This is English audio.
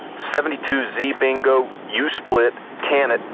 seventy two z bingo, yeah u-split, can it,